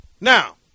Now